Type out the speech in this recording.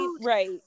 right